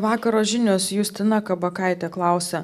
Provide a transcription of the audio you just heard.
vakaro žinios justina kabakaitė klausia